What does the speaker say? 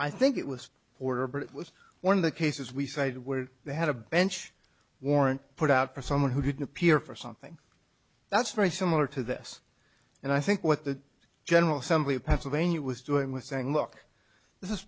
i think it was order but it was one of the cases we cited where they had a bench warrant put out for someone who didn't appear for something that's very similar to this and i think what the general assembly of pennsylvania was doing with saying look this is